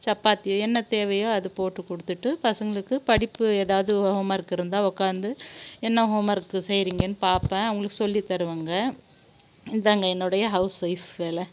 சப்பாத்தி என்ன தேவையோ அது போட்டுக் கொடுத்துட்டு பசங்களுக்கு படிப்பு எதாவது ஹோம் ஒர்க் இருந்தால் உக்காந்து என்ன ஹோம் ஒர்க் செய்கிறீங்கனு பார்ப்பேன் அவங்களுக்கு சொல்லித் தருவேங்க இதுதாங்க என்னுடைய ஹவுஸ் ஒய்ஃப் வேலை